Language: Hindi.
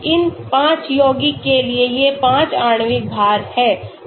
इन 5 यौगिकों के लिए ये 5 आणविक भार हैं